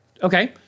Okay